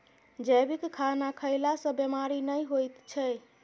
जैविक खाना खएला सँ बेमारी नहि होइ छै